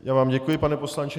Já vám děkuji, pane poslanče.